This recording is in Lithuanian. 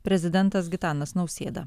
prezidentas gitanas nausėda